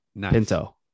Pinto